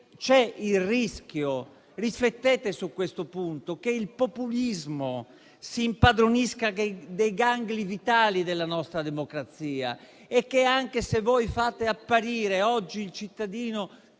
C'è il rischio - riflettete su questo punto - che il populismo si impadronisca dei gangli vitali della nostra democrazia. Fate apparire oggi il cittadino